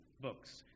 Books